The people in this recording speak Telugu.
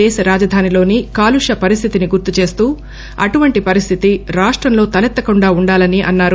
దేశ రాజధానిలోని కాలుష్య పరిస్టితిని గుర్తు చేస్తూ అటువంటి పరిస్టితి రాష్టంలో తలెత్తకుండా ఉండాలని అన్నారు